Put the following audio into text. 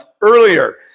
earlier